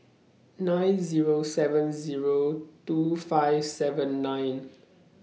nine Zero seven Zero two five seven nine